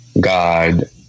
God